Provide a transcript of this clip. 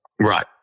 right